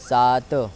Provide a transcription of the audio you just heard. सात